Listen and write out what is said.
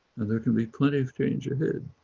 and there can be plenty of change ahead.